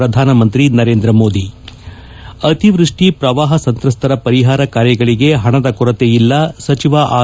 ಪ್ರಧಾನಮಂತ್ರಿ ನರೇಂದ್ರ ಮೋದಿ ಅತಿವೃಷ್ಷಿ ಪ್ರವಾಹ ಸಂತ್ರಸ್ತರ ಪರಿಹಾರ ಕಾರ್ಯಗಳಿಗೆ ಹಣದ ಕೊರತೆ ಇಲ್ಲ ಸಚಿವ ಆರ್